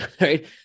right